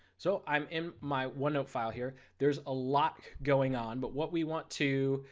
so i'm in my window file here, there is a lot going on but what we want to,